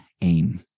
aim